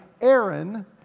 Aaron